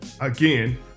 again